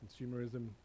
consumerism